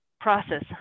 process